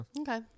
okay